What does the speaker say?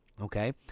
Okay